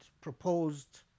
proposed